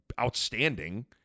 outstanding